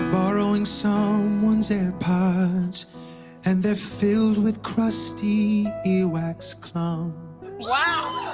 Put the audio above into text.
borrowing so someone's airpods and they're filled with crusty ear-wax clumps wow!